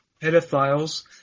pedophiles